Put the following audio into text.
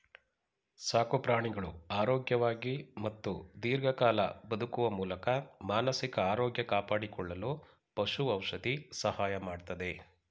ಸಾಕುಪ್ರಾಣಿಗಳು ಆರೋಗ್ಯವಾಗಿ ಮತ್ತು ದೀರ್ಘಕಾಲ ಬದುಕುವ ಮೂಲಕ ಮಾನಸಿಕ ಆರೋಗ್ಯ ಕಾಪಾಡಿಕೊಳ್ಳಲು ಪಶು ಔಷಧಿ ಸಹಾಯ ಮಾಡ್ತದೆ